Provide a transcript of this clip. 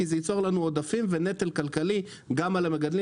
כי זה ייצור לנו עודפים ונטל כלכלי גם על המגדלים